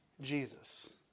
Jesus